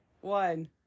One